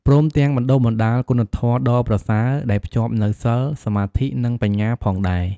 ព្រមទាំងបណ្ដុះបណ្ដាលគុណធម៌ដ៏ល្អប្រសើរដែលភ្ជាប់នូវ សីល សមាធិ និងបញ្ញាផងដែរ។